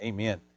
Amen